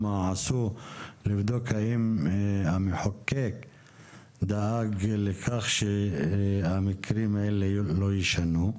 לבדוק האם המחוקק דאג לכך שהמקרים האלה לא ישנו.